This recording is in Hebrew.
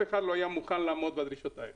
אחד לא היה מוכן לעמוד בדרישות האלה.